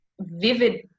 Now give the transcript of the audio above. vivid